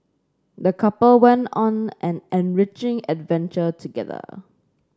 the couple went on an enriching adventure together